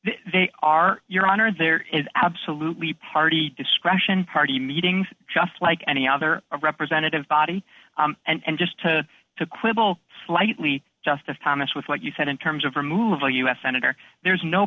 they are your honor there is absolutely party discretion party meetings just like any other representative body and just to to quibble slightly justice thomas with what you said in terms of removal u s senator there is no